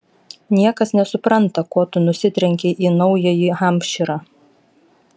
niekas nesupranta ko tu nusitrenkei į naująjį hampšyrą